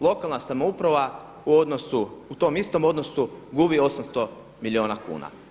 Lokalna samouprava u tom istom odnosu gubi 800 milijuna kuna.